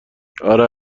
اره